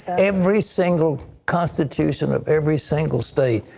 every single constitution of every single state.